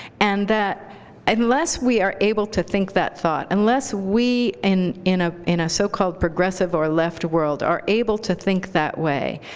and that unless we are able to think that thought, unless we, in in ah a so-called progressive or left world, are able to think that way,